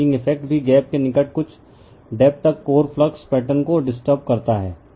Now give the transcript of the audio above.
fringing effect भी gap के निकट कुछ डेप्थ तक कोर फ्लक्स पैटर्न को डिस्टर्ब करता है